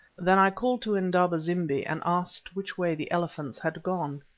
then i called to indaba-zimbi and asked which way the elephants had gone.